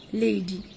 lady